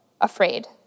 afraid